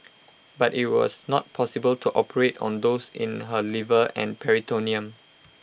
but IT was not possible to operate on those in her liver and peritoneum